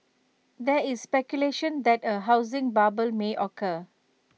there is speculation that A housing bubble may occur